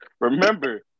Remember